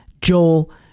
Joel